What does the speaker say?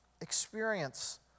experience